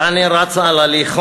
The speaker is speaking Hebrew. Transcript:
כאן היא רצה על הליכון,